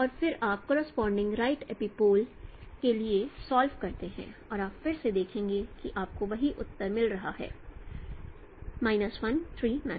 और फिर आप करोसपोंडिंग राइट एपिपोल के लिए सॉल्व करते हैं और आप फिर से देखेंगे कि आपको वही उत्तर मिल रहा है 1 3